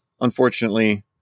unfortunately